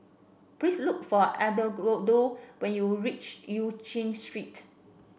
please look for Edgardo when you reach Eu Chin Street